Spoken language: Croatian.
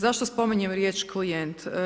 Zašto spominjem riječ klijent.